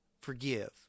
forgive